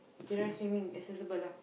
kita orang swimming is accessible lah